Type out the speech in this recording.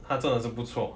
他做的是不错